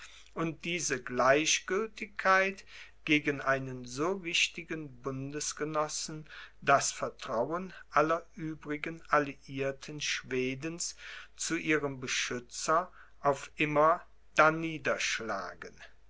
und diese gleichgültigkeit gegen einen so wichtigen bundesgenossen das vertrauen aller übrigen alliierten schwedens zu ihrem beschützer auf immer